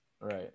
right